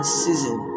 season